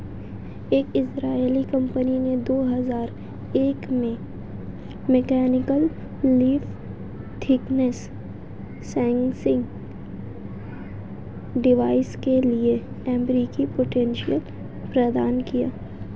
एक Israeli company ने दो हजार एक में mechanical leaf thickness sensing device के लिए अमेरिकी पेटेंट प्रदान किया